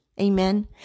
Amen